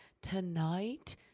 tonight